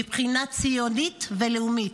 מבחינה ציונית ולאומית.